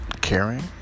caring